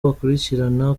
bakurikirana